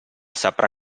saprà